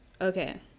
Okay